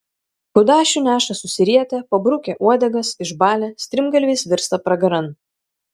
kudašių neša susirietę pabrukę uodegas išbalę strimgalviais virsta pragaran